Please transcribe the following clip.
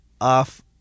off